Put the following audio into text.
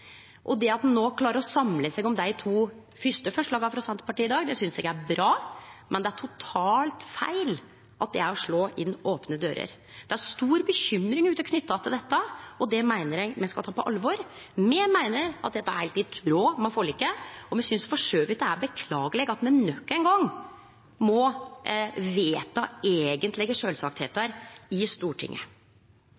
Det at ein klarer å samle seg om dei to første forslaga frå Senterpartiet i dag, synest eg er bra, men det er totalt feil at det er å slå inn opne dører. Det er stor bekymring ute knytt til dette, og det meiner eg me skal ta på alvor. Me meiner at dette er heilt i tråd med forliket, og me synest for så vidt det er beklageleg at me nok ein gong må